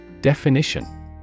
Definition